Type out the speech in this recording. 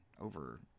over